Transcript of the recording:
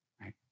right